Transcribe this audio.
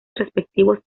respectivos